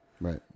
Right